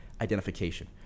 identification